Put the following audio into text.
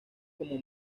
como